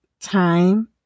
time